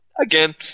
Again